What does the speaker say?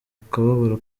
kababaro